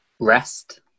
rest